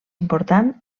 important